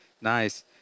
nice